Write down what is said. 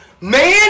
man